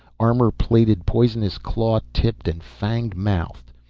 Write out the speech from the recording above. armor-plated, poisonous, claw-tipped and fanged-mouthed.